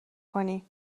کنی